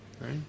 right